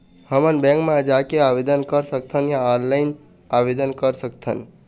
हमन बैंक मा जाके आवेदन कर सकथन या ऑनलाइन आवेदन कर सकथन?